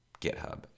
GitHub